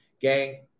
gang